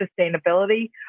sustainability